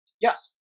Yes